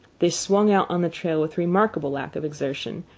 they swung out on the trail with remarkable lack of exertion,